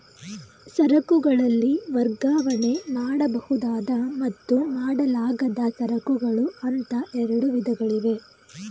ಸರಕುಗಳಲ್ಲಿ ವರ್ಗಾವಣೆ ಮಾಡಬಹುದಾದ ಮತ್ತು ಮಾಡಲಾಗದ ಸರಕುಗಳು ಅಂತ ಎರಡು ವಿಧಗಳಿವೆ